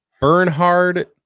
Bernhard